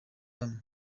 bamwe